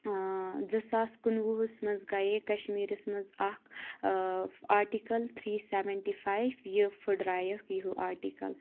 زٕ ساس کُنوُہَس منٛز گیے کَشمیٖرَس منٛز اَکھ آٹِکَل تھری سیوَنٹی فایِو یہِ فُڈ رایف یِہو آٹِکَل